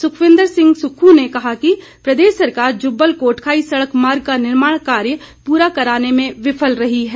सुखविंद्र सिंह सुक्खू ने कहा कि प्रदेश सरकार जुब्बल कोटखाई सड़क मार्ग का निर्माण कार्य पूरा कराने में विफल रही है